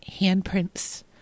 handprints